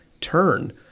Turn